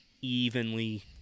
evenly